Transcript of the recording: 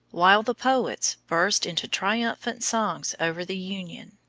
while the poets burst into triumphant songs over the union